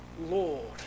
Lord